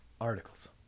articles